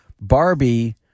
Barbie